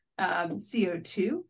CO2